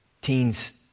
Teens